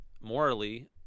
morally